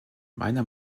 meiner